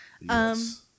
Yes